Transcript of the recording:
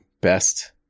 best